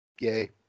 Yay